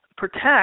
protect